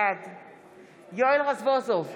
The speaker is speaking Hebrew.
בעד יואל רזבוזוב,